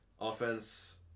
Offense